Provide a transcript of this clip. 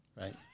Right